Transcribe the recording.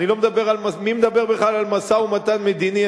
מי מדבר בכלל על משא-ומתן מדיני?